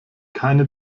keine